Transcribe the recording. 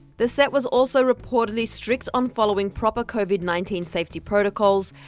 the set was also reportedly strict on following proper covid nineteen safety protocols,